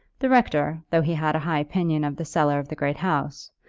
the rector, though he had a high opinion of the cellar of the great house,